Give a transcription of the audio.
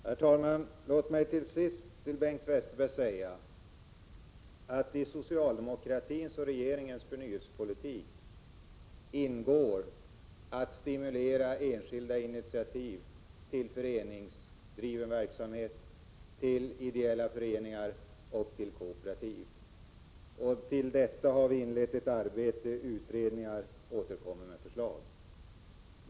Herr talman! Låt mig till Bengt Westerberg säga att det i socialdemokratins och regeringens förnyelsepolitik ingår att stimulera enskilda initiativ till föreningsdriven verksamhet, till ideella föreningar och till kooperativ. I detta syfte har vi inlett ett arbete i utredningar och skall återkomma med förslag. Herr talman!